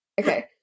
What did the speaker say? Okay